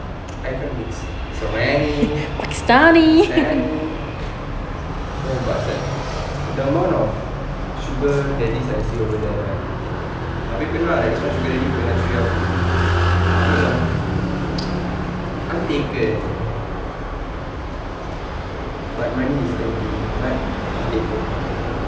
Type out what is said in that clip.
I kan mix serani pakistani oh but sia the amount of sugar daddies I see over there right habis pernah lah ada this one sugar daddy pernah cuit aku aku macam I'm taken but money is everything but I'm taken